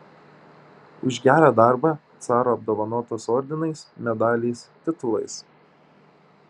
už gerą darbą caro apdovanotas ordinais medaliais titulais